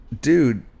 dude